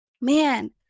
man